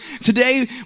Today